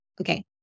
Okay